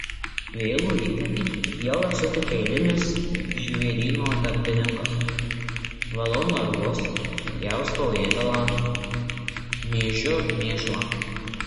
vėlų rytmetį jau esu tik eilinis žvėryno darbininkas valau narvus pjaustau ėdalą mėžiu mėšlą